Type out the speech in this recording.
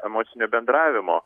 emocinio bendravimo